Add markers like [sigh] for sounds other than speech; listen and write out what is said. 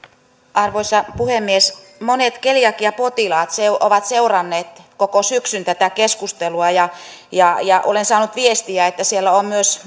arvoisa puhemies monet keliakiapotilaat ovat seuranneet koko syksyn tätä keskustelua ja ja olen saanut viestiä että siellä ovat myös [unintelligible]